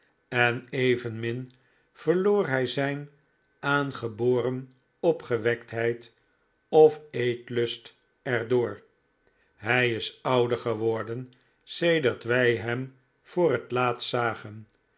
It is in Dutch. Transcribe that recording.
en evenmin verloor hij zijn aangeboren opgewektheid of eetlust er door hij is ouder geworden sedert wij hem voor het laatst zagen